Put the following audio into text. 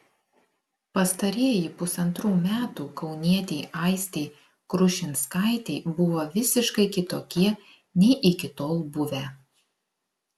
pastarieji pusantrų metų kaunietei aistei krušinskaitei buvo visiškai kitokie nei iki tol buvę